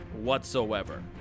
whatsoever